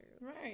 right